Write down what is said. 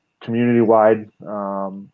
community-wide